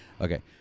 Okay